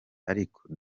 ariko